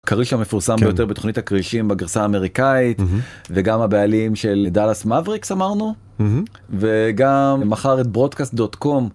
הכריש המפורסם ביותר בתוכנית הכרישים בגרסה האמריקאית, וגם הבעלים של דאלס מאבריקס אמרנו? מממ. וגם מכר את ברודקאסט דוט קום.